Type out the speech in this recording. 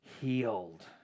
healed